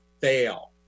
fail